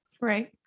Right